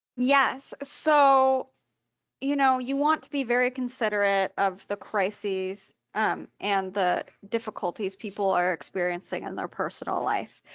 yes, so you know you want to be very considerate of the crises um and the difficulties people are experiencing in their personal life.